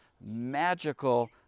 magical